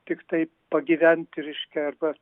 tiktai pagyventi reiškia vat